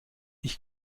ich